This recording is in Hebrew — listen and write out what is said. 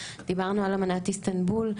דיברנו על אמנת איסטנבול,